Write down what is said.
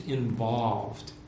involved